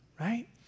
right